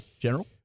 General